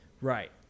Right